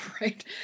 right